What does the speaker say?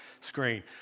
screen